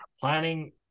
planning